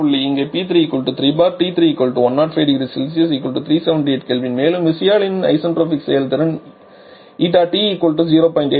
இங்கே P3 3 bar T3 105 0C 378 K மேலும் விசையாழியின் ஐசென்ட்ரோபிக் செயல்திறன் ηT 0